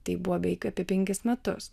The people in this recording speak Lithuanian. tai buvo beveik apie penkis metus